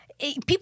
People